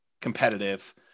competitive